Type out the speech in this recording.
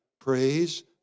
praise